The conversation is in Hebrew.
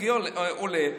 הגיע עולה,